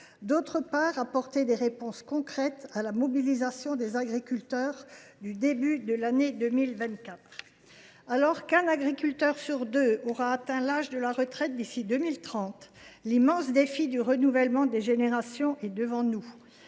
texte doit apporter des réponses concrètes à la mobilisation des agriculteurs qui a eu lieu au début de l’année 2024. Alors qu’un agriculteur sur deux aura atteint l’âge de la retraite d’ici à 2030, l’immense défi du renouvellement des générations est devant nous.